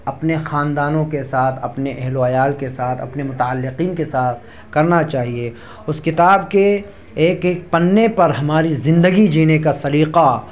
اپنے خاندانوں کے ساتھ اپنے اہل و عیال کے ساتھ اپنے متعلقین کے ساتھ کرنا چاہیے اس کتاب کے ایک ایک پنے پر ہماری زندگی جینے کا سلیقہ